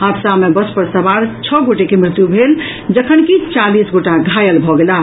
हादसा मे बस पर सवार छओ गोटे के मृत्यु भऽ गेल जखनकि चालीस गोटा घायल भऽ गेलाह